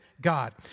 God